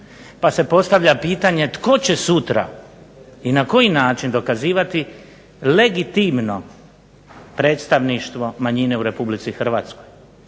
pa se postavlja pitanje tko će sutra i na koji način dokazivati legitimno predstavništvo manjine u Republici Hrvatskoj,